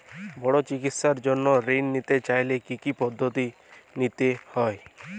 বড় চিকিৎসার জন্য ঋণ নিতে চাইলে কী কী পদ্ধতি নিতে হয়?